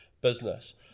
business